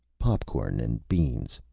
pop-corn and beans.